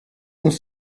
uns